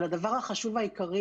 אבל הדבר החשוב והעיקרי